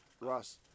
Ross